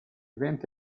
venti